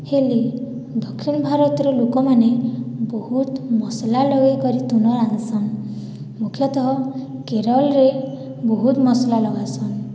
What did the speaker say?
ହେଲେ ଦକ୍ଷିଣ ଭାରତରେ ଲୋକ ମାନେ ବହୁତ ମସଲା ଲଗାଇକରି ତୁଣ ରାନ୍ଧିଛନ୍ ମୁଖ୍ୟତଃ କେରଳରେ ବହୁତ ମସଲା ଲଗାଇଛନ୍